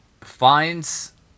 Finds